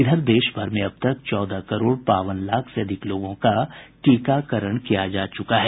इधर देश भर में अब तक चौदह करोड़ बावन लाख से अधिक लोगों का टीकाकरण किया जा चुका है